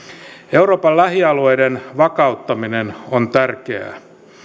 euroopan lähialueiden vakauttaminen on tärkeää